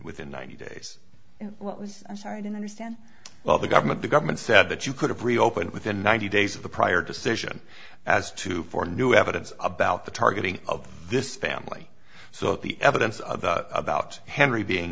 within ninety days what was started in understand well the government the government said that you could have reopened within ninety days of the prior decision as to form new evidence about the targeting of this family so the evidence of about henry being